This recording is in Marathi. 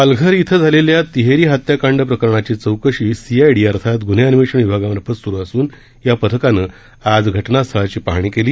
पालघर इथं झालेल्या तिहेरी हत्यांकांड प्रकरणाची चौकशी सी आय डी अर्थात गुन्हे अन्वेषण विभागामार्फत सुरू असुन या पथकानं आज घटनास्थळाची पाहणी केली